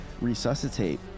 resuscitate